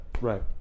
Right